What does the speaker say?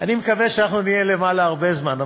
אני מקווה שאנחנו נהיה למעלה הרבה זמן.